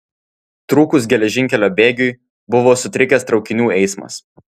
trūkus geležinkelio bėgiui buvo sutrikęs traukinių eismas